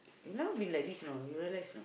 you know be like this you know you realise or not